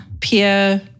peer